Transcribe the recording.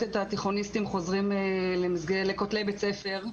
את התיכוניסטים חוזרים לכותלי בית הספר.